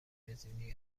تلویزیونی